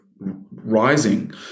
rising